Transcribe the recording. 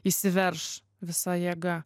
įsiverš visa jėga